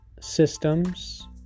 systems